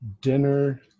dinner